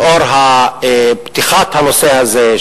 לאור פתיחת הנושא הזה,